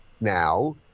now